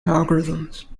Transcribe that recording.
algorithms